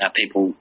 people